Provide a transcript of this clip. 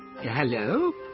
Hello